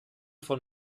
von